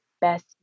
best